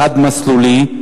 חד-מסלולי,